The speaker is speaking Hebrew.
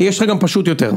יש לך גם פשוט יותר.